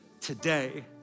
today